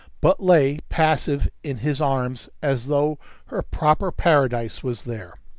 but lay passive in his arms as though her proper paradise was there.